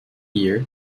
year